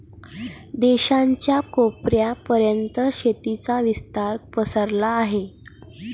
देशाच्या कोपऱ्या पर्यंत शेतीचा विस्तार पसरला आहे